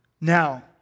Now